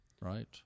right